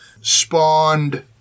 spawned